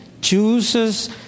chooses